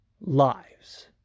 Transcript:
lives